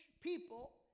people